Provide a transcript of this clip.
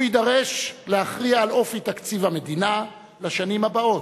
הוא יידרש להכריע על אופי תקציב המדינה לשנים הבאות.